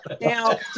Now